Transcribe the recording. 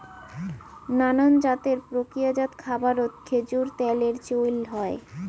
নানান জাতের প্রক্রিয়াজাত খাবারত খেজুর ত্যালের চইল হই